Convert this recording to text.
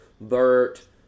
Bert